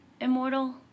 immortal